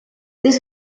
this